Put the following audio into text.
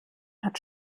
hat